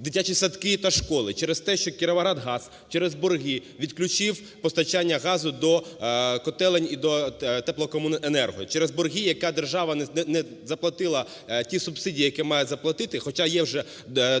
дитячі садки та школи, через те, що "Кіровоградгаз" через борги відключив постачання газу до котелень і до теплокомуненерго. Через борги, які держава не заплатила ті субсидії, які має заплатити, хоча є вже